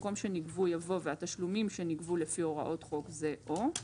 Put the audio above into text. במקום "שנגבו" יבוא "והתשלומים שנגבו לפי הוראות חוק זה או".